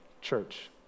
Church